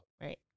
Right